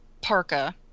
parka